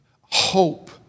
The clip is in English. hope